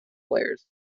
players